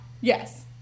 yes